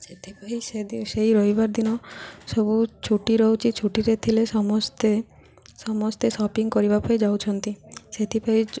ସେଥିପାଇଁ ସେ ସେଇ ରବିବାର ଦିନ ସବୁ ଛୁଟି ରହୁଛି ଛୁଟିରେ ଥିଲେ ସମସ୍ତେ ସମସ୍ତେ ସପିଙ୍ଗ କରିବା ପାଇଁ ଯାଉଛନ୍ତି ସେଥିପାଇଁ